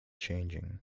changing